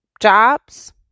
jobs